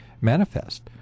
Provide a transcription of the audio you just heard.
manifest